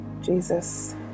Jesus